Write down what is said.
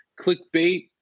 clickbait